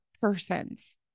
persons